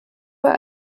war